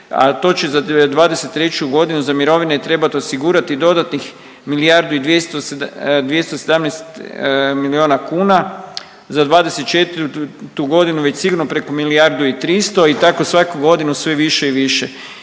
a to će za 2023. godinu za mirovine trebati osigurati dodatnih milijardu i 217 milijuna kuna, za 2024. godinu već sigurno preko milijardu i 300 i tako svaku godinu sve više i više.